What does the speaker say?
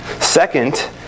Second